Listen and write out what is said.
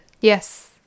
Yes